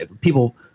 people